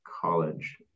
college